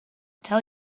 tell